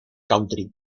country